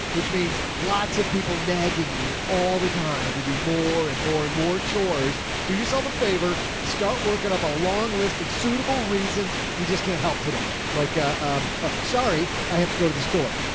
which means lots of people give you all the time to do more and more and more chores. do yourself a favor, start working up a long list of suitable reasons. you just can't help today. like a i'm sorry. i have to go to the store.